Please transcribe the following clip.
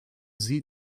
sie